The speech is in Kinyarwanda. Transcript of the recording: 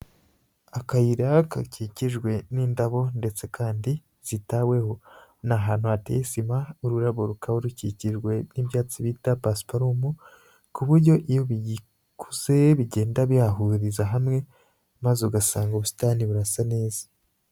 Akayira gakikijwe n'indabo ndetse kandi zitaweho, ni ahantu hateye sima, ururabo rukaba rukikijwe n'ibyatsi bita pasiparumu ku buryo iyo bikuze bigenda bihahuriza hamwe maze ugasanga ubusitani burasa neza.